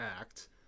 Act